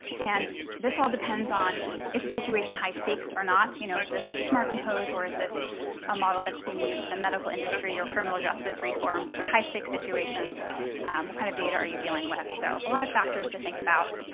and this all depends on is the situation high stakes or not? you know is this smart compose, or is this a model that's been used in the medical industry or criminal justice reform. those are high-stakes situations. what kind of data are you dealing with? so a lot of factors to think about.